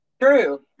True